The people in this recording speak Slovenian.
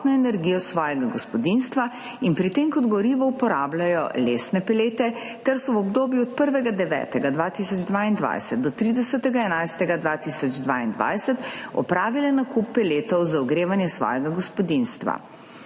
energijo svojega gospodinjstva in pri tem kot gorivo uporabljajo lesne pelete ter so v obdobju od 1. 9. 2022 do 30. 11. 2022 opravile nakup peletov za ogrevanje svojega gospodinjstva.